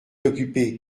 occupé